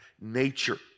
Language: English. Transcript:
nature